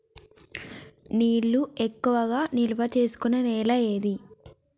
నీళ్లు ఎక్కువగా నిల్వ చేసుకునే నేల ఏది?